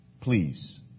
please